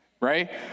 right